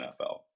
NFL